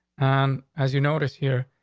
and as you notice here,